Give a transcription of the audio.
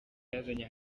yazanye